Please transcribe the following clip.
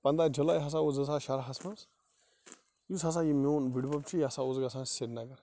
پنٛداہ جُلایی ہسا اوس زٕ ساس شُراہس منٛز یُس ہسا یہِ میٛون بُڈۍ بَب چھُ یہِ ہسا اوس گژھان سریٖنگر